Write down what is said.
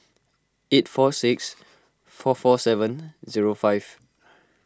eight four six four four seven zero five